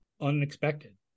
unexpected